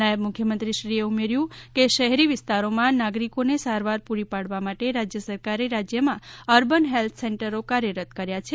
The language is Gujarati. નાયબ મુખ્ય મંત્રીશ્રીએ ઉમેર્યું કે શહેરી વિસ્તારોમાં નાગરિકોને સારવાર પૂરી પાડવા માટે રાજ્ય સરકારે રાજ્યમાં અર્બન હેલ્થ સેન્ટરો કાર્યરત કર્યા છે